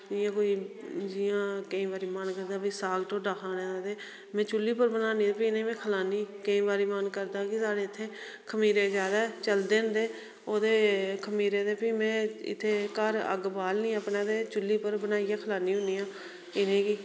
जियां कोई जियां मेरा मन करदा भाई साग ढोडा खाने दा ते में चुल्ली उप्पर बनानी ते फ्ही इनेंगी में खलानी केंई बारी मन करदा कि साढ़े इत्थै खमीरे ज्यादा चलदे होंदे ओहदे खमीरे दे फ्ही में इत्थै घर अग्ग बालनी अपने ते चुल्ली उप्पर बनाइयै खलान्नी होन्नी आं इनेंगी